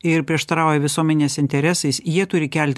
ir prieštarauja visuomenės interesais jie turi kelti